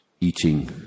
eating